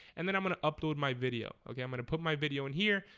and then i'm gonna upload my video, okay i'm gonna put my video in here.